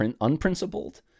unprincipled